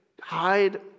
hide